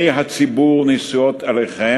לאויבינו שלא לטעות לגבי יכולותינו,